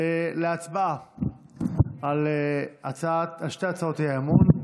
להצבעה על שתי הצעות האי-אמון.